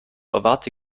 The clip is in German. erwarte